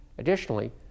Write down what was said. Additionally